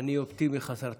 אני אופטימי חסר תקנה.